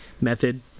method